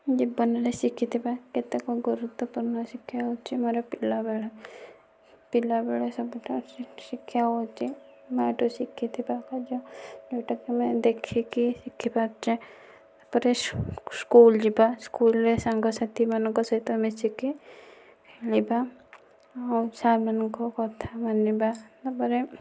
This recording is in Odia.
ଜୀବନରେ ଶିଖିଥିବା କେତେକ ଗୁରୁତ୍ଵପୂର୍ଣ୍ଣ ଶିକ୍ଷା ହେଉଛି ମୋର ପିଲାବେଳ ପିଲାବେଳେ ସବୁଠାରୁ ଶିକ୍ଷା ହେଉଛି ମା' ଠାରୁ ଶିଖିଥିବା ଅଜା ଯେଉଁଟାକୁ ଆମେ ଦେଖିକି ଶିଖି ପାରୁଛେ ତା'ପରେ ସ୍କୁଲ ଯିବା ସ୍କୁଲରେ ସାଙ୍ଗ ସାଥିମାନଙ୍କ ସହିତ ମିଶିକି ଖେଳିବା ଆଉ ସାର୍ମାନଙ୍କ କଥା ମାନିବା ତା'ପରେ